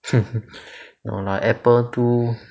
no lah Apple too